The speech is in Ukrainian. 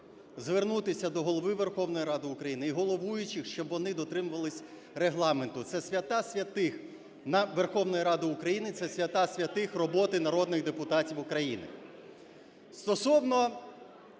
звернутися до Голови Верховної Ради України і головуючих, щоби вони дотримувалися Регламенту – це свята святих Верховної Ради України, це свята святих роботи народних депутатів України.